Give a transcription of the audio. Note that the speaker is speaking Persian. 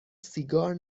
سیگار